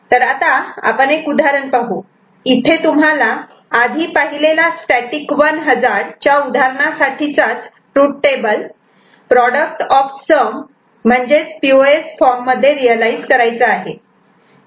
आता आपण एक उदाहरण पाहू इथे तुम्हाला आधी पाहिलेला स्टॅटिक 1 हजार्ड च्या उदाहरणासाठीचाच truth table product of sum म्हणजेच पी ओ एस फॉर्ममध्ये रियलायझ करायचा आहे